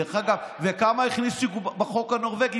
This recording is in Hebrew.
דרך אגב, כמה הכניסו בחוק הנורבגי?